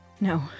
No